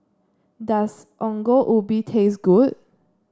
does Ongol Ubi taste good